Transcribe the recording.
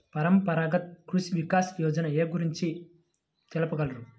పరంపరాగత్ కృషి వికాస్ యోజన ఏ గురించి తెలుపగలరు?